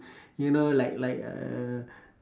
you know like like a